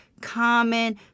common